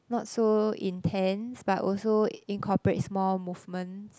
not so intense but also incorporates more movements